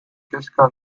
kezka